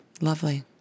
Lovely